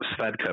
Svedka